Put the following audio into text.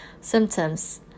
Symptoms